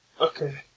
Okay